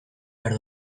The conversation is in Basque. behar